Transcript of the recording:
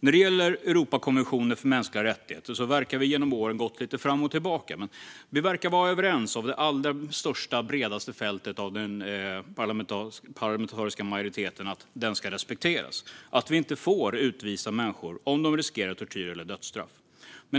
När det gäller Europakonventionen för mänskliga rättigheter verkar vi genom åren ha gått lite fram och tillbaka, men vi tycks vara överens om det allra största och bredaste fältet i den parlamentariska majoriteten: Konventionen ska respekteras. Vi får inte utvisa människor om de riskerar tortyr eller dödsstraff.